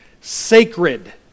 sacred